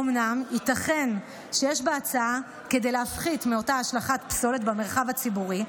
אומנם ייתכן שיש בהצעה כדי להפחית מאותה השלכת פסולת במרחב הציבורי,